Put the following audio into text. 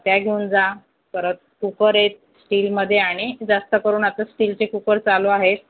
त्या घेऊन जा परत कुकर आहेत स्टीलमध्ये आणि जास्त करून आता स्टीलचे कुकर चालू आहेत